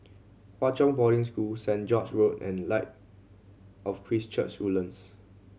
Hwa Chong Boarding School Saint George's Road and Light of Christ Church Woodlands